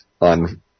on